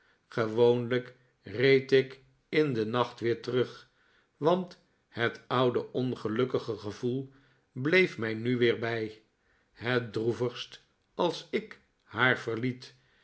gewoonlijk reed ik in den nacht weer terug want het oude ongelukkige gevoel bleef mij nu weer bij het droevigst als ik haar verliet